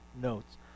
notes